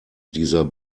dieser